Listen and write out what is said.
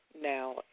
Now